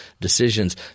decisions